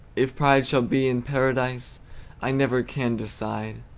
if pride shall be in paradise i never can decide